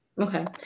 Okay